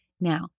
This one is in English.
Now